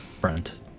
brent